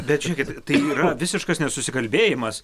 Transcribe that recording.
bet žiūrėkit tai yra visiškas nesusikalbėjimas